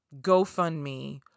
GoFundMe